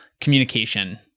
communication